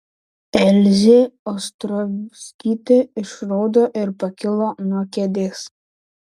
elzė ostrovskytė išraudo ir pakilo nuo kėdės